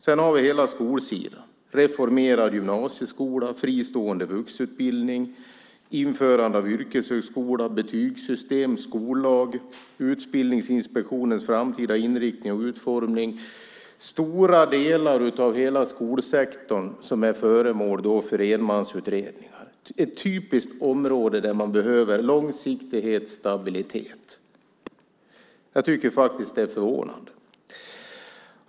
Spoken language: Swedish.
Sedan har vi hela skolsidan: reformerad gymnasieskola, fristående vuxenutbildning, införande av yrkeshögskola, betygssystem, skollag, utbildningsinspektionens framtida inriktning och utformning. Stora delar av hela skolsektorn är föremål för enmansutredningar. Det är ett typiskt område där man behöver långsiktighet och stabilitet. Jag tycker att det är förvånande.